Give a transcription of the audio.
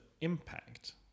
impact